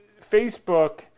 Facebook